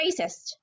racist